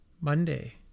Monday